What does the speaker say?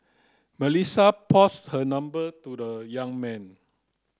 Melissa passed her number to the young man